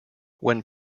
when